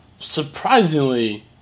surprisingly